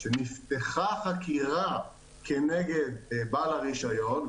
שנפתחה חקירה נגד בעל הרישיון,